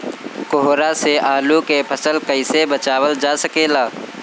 कोहरा से आलू के फसल कईसे बचावल जा सकेला?